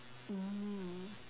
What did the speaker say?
mm